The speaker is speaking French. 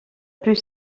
plus